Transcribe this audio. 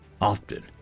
often